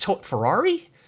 Ferrari